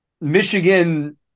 Michigan